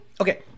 okay